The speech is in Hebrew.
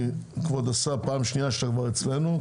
כבוד השר, פעם שנייה שאתה כבר אצלנו.